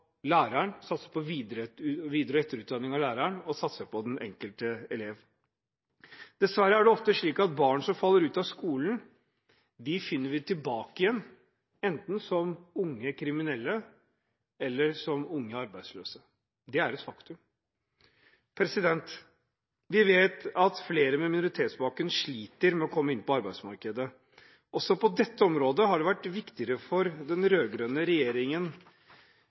læreren – på etter- og videreutdanning – og på den enkelte elev. Dessverre er det ofte slik at barn som faller ut av skolen, finner vi igjen enten som unge kriminelle eller som unge arbeidsløse. Det er et faktum. Vi vet at flere med minoritetsbakgrunn sliter med å komme inn på arbeidsmarkedet. Også på dette området har det for den rød-grønne regjeringen vært viktigere med ideologiske skylapper og frykten for LO enn å slippe den